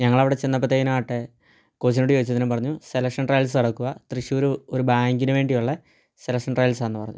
ഞങ്ങൾ അവിടെ ചെന്നപ്പത്തേനും ആട്ടെ കോച്ചിനോട് ചോദിച്ചു അന്നേരം പറഞ്ഞു സെലക്ഷൻ ട്രയൽസ് നടക്കുവാണ് തൃശൂർ ഒരുബാങ്കിന് വേണ്ടിയുള്ള സെലക്ഷൻ ട്രയൽസാന്ന് പറഞ്ഞു